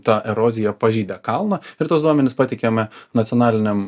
ta erozija pažeidė kalną ir tuos duomenis pateikėme nacionaliniam